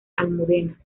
almudena